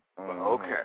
Okay